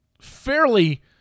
fairly